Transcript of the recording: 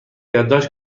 یادداشت